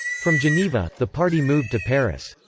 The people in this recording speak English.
from geneva, the party moved to paris.